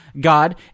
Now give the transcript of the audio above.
God